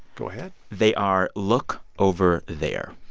go ahead they are look over there.